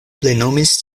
plenumis